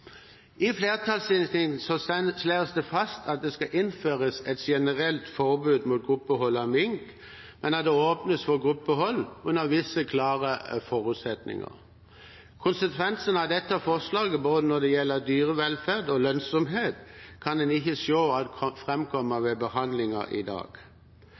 I flertallsinnstillingen slås det fast at det skal innføres et generelt forbud mot gruppehold av mink, men at det åpnes for gruppehold under visse klare forutsetninger. Konsekvensen av dette forslaget når det gjelder både dyrevelferd og lønnsomhet, kan en ikke se framkommer ved behandlingen i dag.